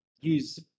use